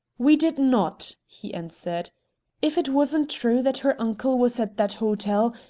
we did not! he answered. if it wasn't true that her uncle was at that hotel,